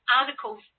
articles